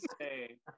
say